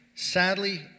Sadly